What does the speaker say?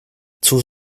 cóż